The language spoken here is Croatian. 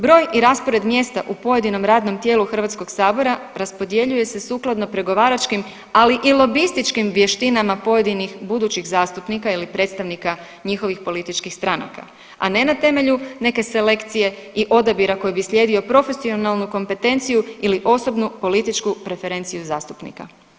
Broj i raspored mjesta u pojedinom radnom tijelu Hrvatskog sabora raspodjeljuje se sukladno pregovaračkim, ali i lobističkim vještinama pojedinih budućih zastupnika ili predstavnika njihovih političkih stranaka, a ne na temelju neke selekcije i odabira koji bi slijedio profesionalnu kompetenciju ili osobnu političku preferenciju zastupnika.